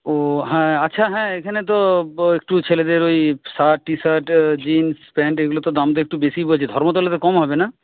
ও হ্যাঁ আচ্ছা হ্যাঁ এইখানে তো একটু ছেলেদের ওই শার্ট টিশার্ট জিন্স প্যান্ট এইগুলোতো দামটা একটু বেশি বলছে ধর্মতলাতে কম হবে না